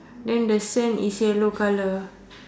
then the sand is yellow colour